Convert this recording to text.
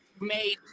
made